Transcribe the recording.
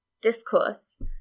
discourse